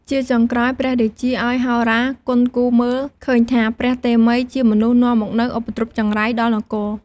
ជាចុងក្រោយ ព្រះរាជាឲ្យហោរាគន់គូរមើលឃើញថា ព្រះតេមិយជាមនុស្សនាំមកនូវឧបទ្រពចង្រៃដល់នគរ។